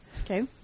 Okay